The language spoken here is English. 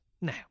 Now